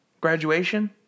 Graduation